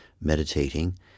meditating